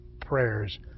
prayers